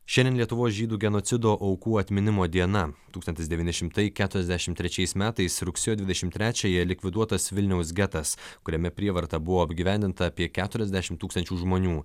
šiandien lietuvos žydų genocido aukų atminimo diena tūkstantis devyni šimtai keturiasdešimt trečiais metais rugsėjo dvidešimt trečiąją likviduotas vilniaus getas kuriame prievarta buvo apgyvendinta apie keturiasdešimt tūkstančių žmonių